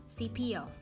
CPO